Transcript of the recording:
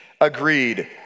agreed